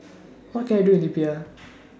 What Can I Do in Libya